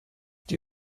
die